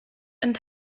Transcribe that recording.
and